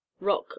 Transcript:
rock